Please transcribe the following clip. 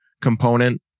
component